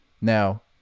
Now